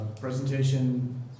presentation